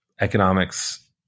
economics